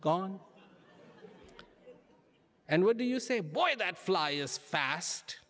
gong and what do you say boy that fly is fast